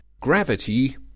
gravity